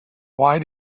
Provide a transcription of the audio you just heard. why